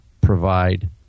provide